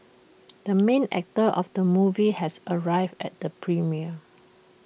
the main actor of the movie has arrived at the premiere